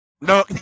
No